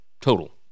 total